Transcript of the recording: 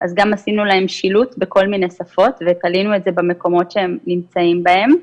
אז עשינו להם שילוט בכל מיני שפות ותלינו את זה במקומות שהם נמצאים בהם.